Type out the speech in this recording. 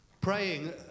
praying